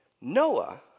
Noah